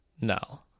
No